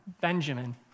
Benjamin